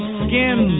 skin